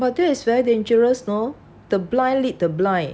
but that is very dangerous you know the blind lead the blind